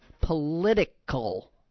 political